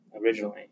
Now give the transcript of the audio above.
originally